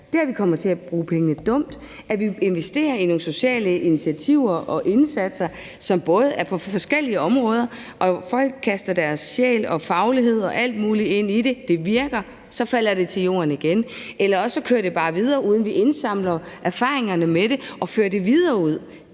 at vi kommer til at bruge pengene dumt, at vi investerer i nogle sociale initiativer og indsatser, som er på forskellige områder, og folk kaster deres sjæl og faglighed og alt muligt ind i det, det virker, og så falder det til jorden igen, eller også kører det bare videre, uden at vi indsamler erfaringerne med det og fører det videre ud